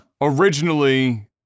originally